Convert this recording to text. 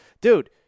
dude